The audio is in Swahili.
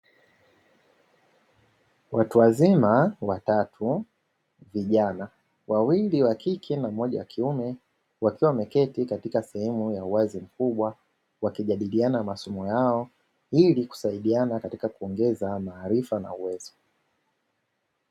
Watu wazima watatu vijana, wawili wakike na mmoja wakiume wakiwa wameketi katika sehemu ya uwazi mkubwa, wakijadiliana masomo yao ili kusaidiana katika kuongeza maarifa na uwezo.